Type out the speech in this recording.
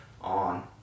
on